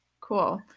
Cool